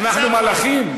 מה, אנחנו מלאכים?